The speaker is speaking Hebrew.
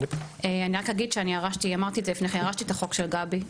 אני רק אגיד שאני ירשתי את החוק של גבי,